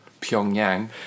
Pyongyang